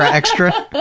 extra,